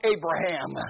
Abraham